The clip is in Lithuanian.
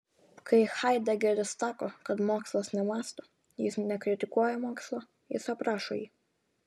kai haidegeris sako kad mokslas nemąsto jis nekritikuoja mokslo jis aprašo jį